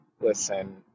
listen